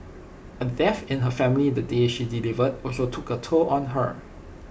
A death in her family the day she delivered also took A toll on her